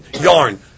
yarn